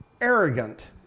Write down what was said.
arrogant